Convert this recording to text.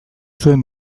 zuen